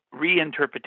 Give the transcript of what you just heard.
reinterpretation